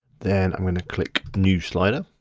then i'm gonna click new slider.